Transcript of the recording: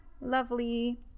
lovely